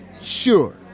Sure